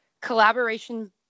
collaboration